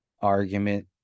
argument